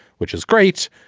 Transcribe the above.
which is great.